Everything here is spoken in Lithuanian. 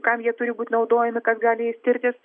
kam jie turi būt naudojami kas gali jais tirtis